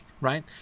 right